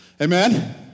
Amen